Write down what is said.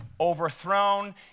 overthrown